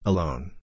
Alone